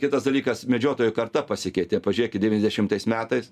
kitas dalykas medžiotojų karta pasikeitė pažiūrėkit devyniasdešimtais metais